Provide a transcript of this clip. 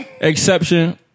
Exception